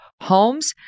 homes